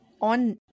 on